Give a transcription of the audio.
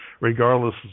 regardless